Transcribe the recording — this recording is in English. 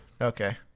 okay